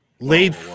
laid